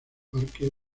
parque